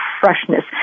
freshness